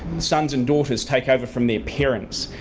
sons and daughters take over from their parents,